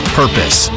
purpose